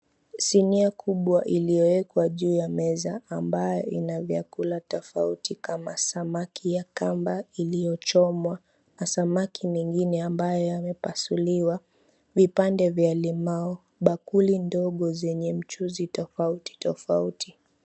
Sinia kubwa iliyowekwa juu ya meza ambayo ina vyakula tafauti kama samaki ya kamba iliyochomwa na samaki mingine ambayo yamepasuliwa, vipande vya limau, bakuli ndogo zenye tofauti tofauti.